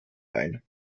ein